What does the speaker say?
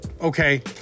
okay